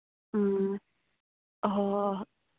ꯎꯝ ꯑꯍꯣꯍꯣ